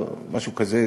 משהו כזה.